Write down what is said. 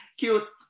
cute